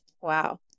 Wow